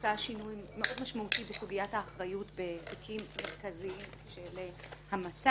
שעושה שינוי מאוד משמעותי בסוגיית האחריות בתיקים מרכזיים של המתה,